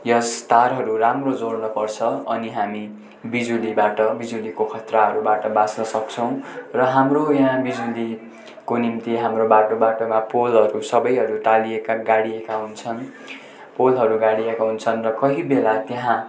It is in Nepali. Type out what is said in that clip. यस तारहरू राम्रो जोड्न पर्छ अनि हामी बिजुलीबाट बिजुलीको खतराहरूबाट बाँच्न सक्छौँ र हाम्रो यहाँ बिजुलीको निम्ति हाम्रो बाटो बाटोमा पोलहरू सबैहरू टालिएका गाडिएका हुन्छन् पोलहरू गाडिएका हुन्छन् र कोही बेला त्यहाँ